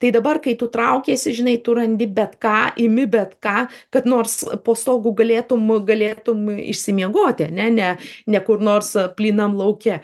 tai dabar kai tu traukiesi žinai tu randi bet ką imi bet ką kad nors po stogu galėtum galėtum išsimiegoti ane ne ne kur nors plynam lauke